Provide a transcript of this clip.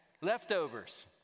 leftovers